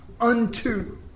Unto